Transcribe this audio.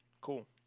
cool